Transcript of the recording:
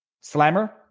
Slammer